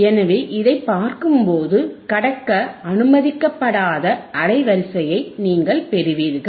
எனவே இதைப் பார்க்கும்போது கடக்க அனுமதிக்கப்படாத அலைவரிசையைப் நீங்கள் பெறுவீர்கள்